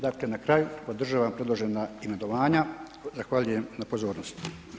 Dakle na kraju podržavam predložena imenovanja i zahvaljujem na pozornosti.